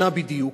שנה בדיוק.